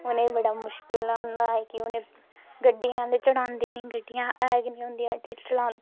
उ'नेंगी बड़ा मुश्किल होंदा ऐ कि उ'नें गड्डियां आह्ले चढ़ांदे नी गड्डियां ऐ गै नी होंदियां